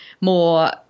more